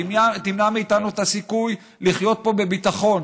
תמנע מאיתנו את הסיכוי לחיות פה בביטחון,